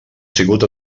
sigut